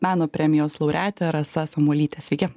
meno premijos laureatė rasa samuolytė sveiki